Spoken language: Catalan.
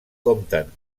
compten